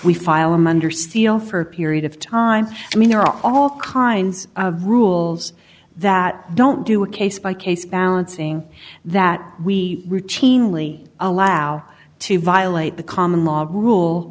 we file him under seal for a period of time i mean there are all kinds of rules that don't do a case by case balancing that we routinely allow to violate the common law rule